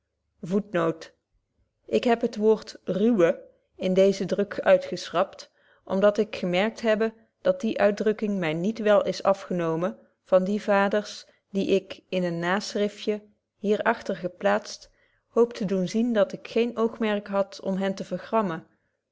noik heb het woord ruwe in deezen druk uitgeschrapt om dat ik gemerkt hebbe dat die uitdrukking my niet wel is afgenomen van die vaders die ik in een naschriftje hier agter geplaatst hoop te doen zien dat ik geen oogmerk had om hen te